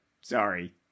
sorry